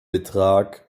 betrag